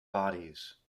bodies